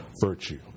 virtue